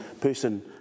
person